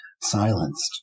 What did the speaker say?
silenced